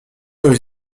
aux